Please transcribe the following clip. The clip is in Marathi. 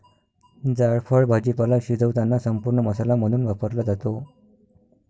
जायफळ भाजीपाला शिजवताना संपूर्ण मसाला म्हणून वापरला जातो